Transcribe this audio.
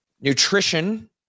nutrition